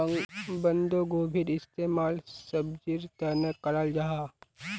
बन्द्गोभीर इस्तेमाल सब्जिर तने कराल जाहा